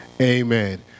amen